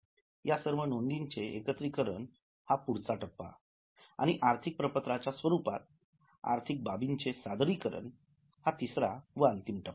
या सर्व नोंदींचे एकत्रीकरण हा पुढचा टप्पा आणि आर्थिक प्रपत्रांच्या स्वरूपात आर्थिक बाबींचे सादरीकरण हा तिसरा अंतिम टप्पा